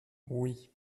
oui